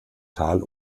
tal